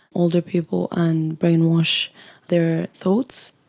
older people and brainwash their thoughts.